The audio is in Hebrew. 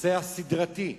רוצח סדרתי,